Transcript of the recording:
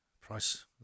Price